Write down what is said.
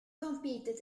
competed